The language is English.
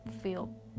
feel